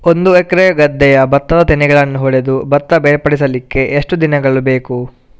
ಒಂದು ಎಕರೆ ಗದ್ದೆಯ ಭತ್ತದ ತೆನೆಗಳನ್ನು ಹೊಡೆದು ಭತ್ತ ಬೇರ್ಪಡಿಸಲಿಕ್ಕೆ ಎಷ್ಟು ದಿನಗಳು ಬೇಕು?